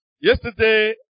Yesterday